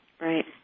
Right